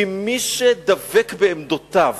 כי מי שדבק בעמדותיו,